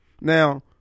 Now